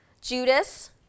Judas